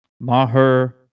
Maher